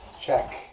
check